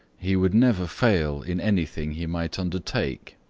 he would never fail in anything he might undertake.